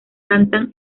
cantan